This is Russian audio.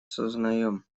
сознаем